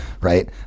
right